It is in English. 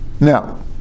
Now